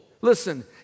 listen